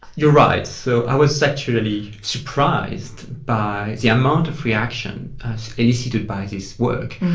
you're right, so i was actually surprised by the amount of reaction as elicited by this work.